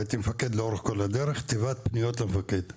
הייתי מפקד לאורך כל הדרך, תיבת פניות למפקד.